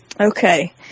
Okay